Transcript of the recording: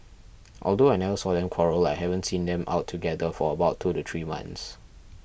although I never saw them quarrel I haven't seen them out together for about two to three months